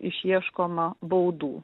išieškoma baudų